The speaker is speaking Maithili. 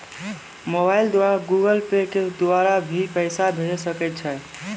मोबाइल द्वारा गूगल पे के द्वारा भी पैसा भेजै सकै छौ?